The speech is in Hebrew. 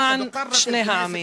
למען שני העמים.